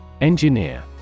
Engineer